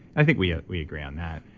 i think we ah we agree on that.